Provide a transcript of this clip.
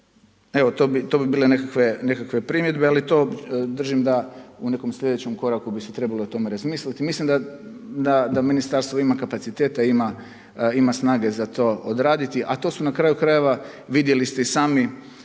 Evo to bi bile nekakve primjedbe. Ali to držim da u nekom sljedećem koraku bi se trebalo o tome razmisliti. Mislim da Ministarstvo ima kapaciteta, ima snage za to odraditi, a to su na kraju-krajeva vidjeli ste i sami